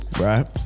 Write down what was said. right